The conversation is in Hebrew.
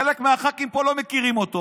חלק מהח"כים פה לא מכירים אותו.